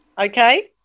okay